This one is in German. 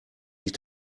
mich